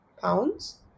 pounds